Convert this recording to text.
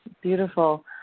beautiful